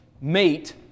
mate